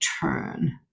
turn